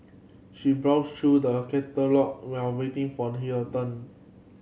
she browsed through the catalogue while waiting for her turn